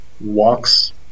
Walks